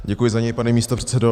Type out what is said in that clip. Děkuji za něj, pane místopředsedo.